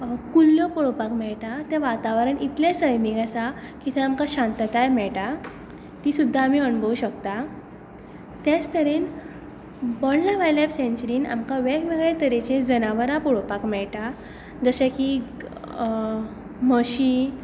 कुल्ल्यो पळोवपाक मेळटा तें वातावरण इतलें सैमीक आसा की थंय आमकां शांतताय मेळटा ती सुद्दां आमी अणभवूं शकता तेंच तरेन बोंडला वायल्ड लायफ सँचुरीन आमकां वेग वेगळ्या तरेचीं जनावरां पळोवपाक मेळटा जशें की म्हशी